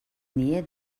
nähe